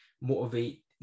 motivate